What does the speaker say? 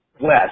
west